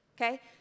Okay